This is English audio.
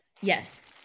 yes